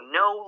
no